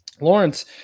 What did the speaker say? lawrence